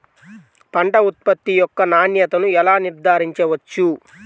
పంట ఉత్పత్తి యొక్క నాణ్యతను ఎలా నిర్ధారించవచ్చు?